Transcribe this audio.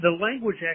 language